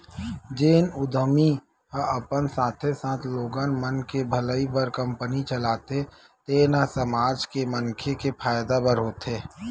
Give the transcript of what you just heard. जेन उद्यमी ह अपन साथे साथे लोगन मन के भलई बर कंपनी चलाथे तेन ह समाज के मनखे के फायदा बर होथे